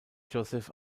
joseph